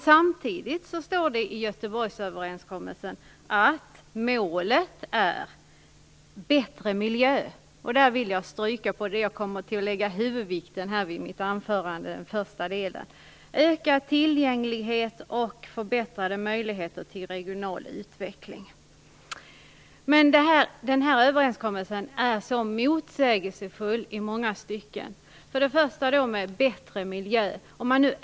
Samtidigt står det i överenskommelsen att målet är bättre miljö - och det vill jag lägga huvudvikten vid i mitt första inlägg - bättre tillgänglighet och förbättrade möjligheter till regional utveckling. Men den här överenskommelsen är motsägelsefull i många stycken. Hur är det med bättre miljö?